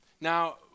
Now